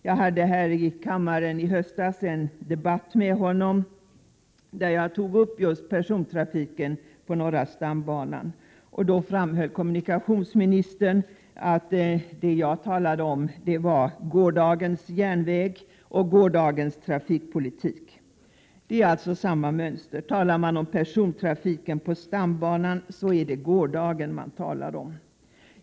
Jag hade här i kammaren i höstas en debatt med honom, där jag tog upp just persontrafiken på norra stambanan. Då framhöll kommunikationsministern att det jag talade om var gårdagens järnväg och gårdagens trafikpolitik. Det är alltså samma mönster. Talar man om personatrafiken på norra stambanan, så är det gårdagen man talar om.